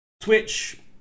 Twitch